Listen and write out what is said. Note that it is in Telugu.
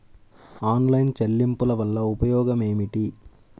ఆన్లైన్ చెల్లింపుల వల్ల ఉపయోగమేమిటీ?